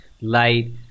light